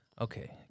Okay